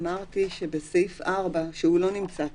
אמרתי שבסעיף 4 שלא נמצא כאן,